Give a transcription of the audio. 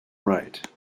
right